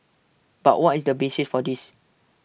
but what is the basis for this